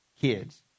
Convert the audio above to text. kids